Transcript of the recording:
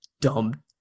dumb